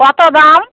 কতো দাম